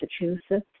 Massachusetts